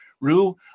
Rue